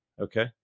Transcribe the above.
okay